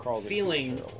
feeling